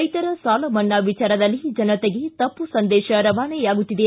ರೈತರ ಸಾಲ ಮನ್ನಾ ವಿಚಾರದಲ್ಲಿ ಜನತೆಗೆ ತಪ್ಪು ಸಂದೇತ ರವಾನೆಯಾಗುತ್ತಿದೆ